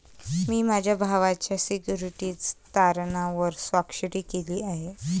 मी माझ्या भावाच्या सिक्युरिटीज तारणावर स्वाक्षरी केली आहे